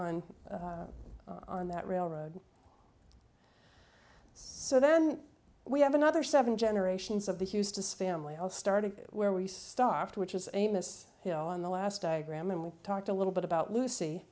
d on that railroad so then we have another seven generations of the houston family all started where we stopped which is amos hill on the last diagram and we talked a little bit about lucy